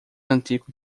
antigo